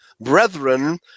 brethren